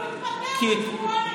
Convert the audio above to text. כי הוא יתפטר בעוד שבועיים,